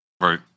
Right